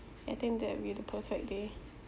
I think that will be the perfect day